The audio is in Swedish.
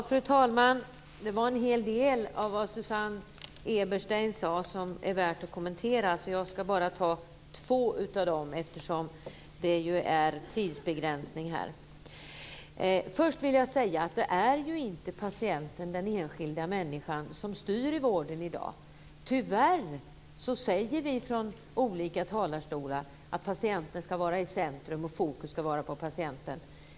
Fru talman! En hel del av det som Susanne Eberstein sade är värt att kommentera men jag ska nöja mig med att ta upp två saker eftersom det är tidsbegränsning i debatten. Det är inte patienten, den enskilda människan, som i dag styr i vården i dag. Från olika talarstolar säger vi att patienten ska vara i centrum, att fokus ska vara på patienten.